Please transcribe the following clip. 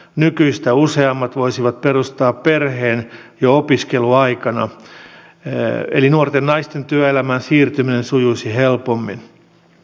nykyistä useammat voisivat perustaa perheen jo opiskeluaikana eli nuorten naisten työelämään siirtyminen sujuisi helpommin